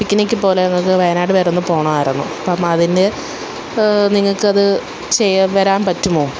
picnic പോലെ ഞങ്ങൾക്ക് വയനാട് വരെ ഒന്ന് പോവണമായിരുന്നു അപ്പോള് അതിന്ന് നിങ്ങൾക്കത് വരാൻ പറ്റുമോ